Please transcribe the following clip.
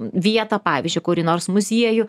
vietą pavyzdžiui kurį nors muziejų